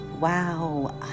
wow